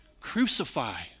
Crucify